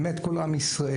באמת כל עם ישראל,